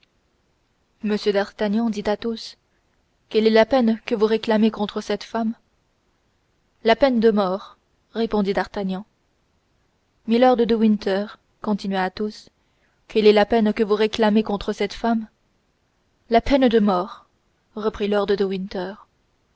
monsieur d'artagnan dit athos quelle est la peine que vous réclamez contre cette femme la peine de mort répondit d'artagnan milord de winter continua athos quelle est la peine que vous réclamez contre cette femme la peine de mort reprit lord de